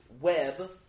web